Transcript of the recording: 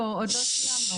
עוד לא סיימנו.